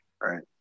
Right